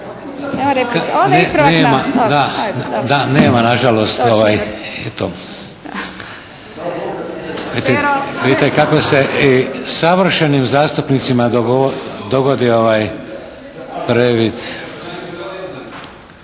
Nema. Nažalost, eto. Vidite kakve se i savršenim zastupnicima dogodi previd.